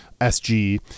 SG